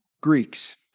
Greeks